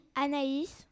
Anaïs